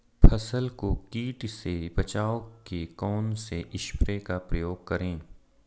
फसल को कीट से बचाव के कौनसे स्प्रे का प्रयोग करें?